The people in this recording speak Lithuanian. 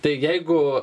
tai jeigu